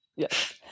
yes